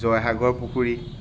জয়সাগৰ পুখুৰী